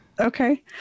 Okay